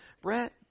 Brett